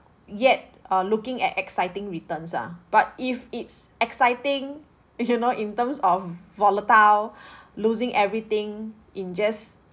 yet uh looking at exciting returns ah but if it's exciting you know in terms of volatile losing everything in just